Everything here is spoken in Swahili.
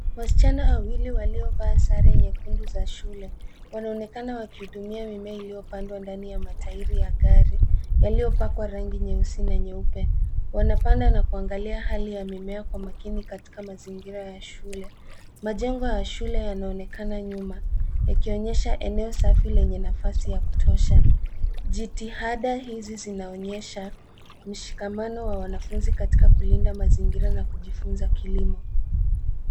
Wasichana wawili waliovaa sare nyekundu za shule wanaonekana wakihudumia mimea iliyopandwa ndani ya matairi ya gari yaliyopakwa rangi nyeusi na nyeupe. Wanapanda na kuangalia hali ya mimea kwa makini katika mazingira ya shule. Majengo ya shule yanaonekana nyuma yakionyesha eneo safi lenye nafasi ya kutosha. Jitihada hizi zinaonyesha mshikamano wa wanafunzi katika kulinda mazingira na kujifunza kilimo.